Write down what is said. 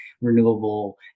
renewable